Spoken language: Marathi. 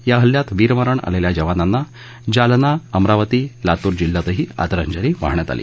या हल्ल्यात वीर मरण आलेल्या जवानांना जालना अमरावती लातूर जिल्ह्यातही आदरांजली वाहण्यात आली